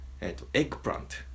eggplant